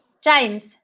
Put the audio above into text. James